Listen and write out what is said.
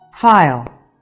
FILE